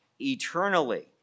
eternally